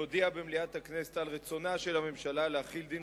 להודיע במליאת הכנסת על רצונה של הממשלה להחיל דין